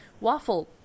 waffle